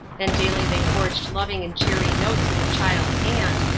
and daily they forged loving and cheery notes in the child's hand,